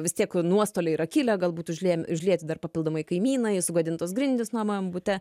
vis tiek nuostoliai yra kilę galbūt užliejami užlieti dar papildomai kaimynai sugadintos grindys namam bute